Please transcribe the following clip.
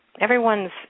Everyone's